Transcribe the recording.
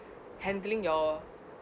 handling your